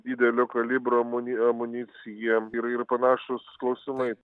didelio kalibro amuni amunicija ir ir panašūs klausimai